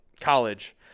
college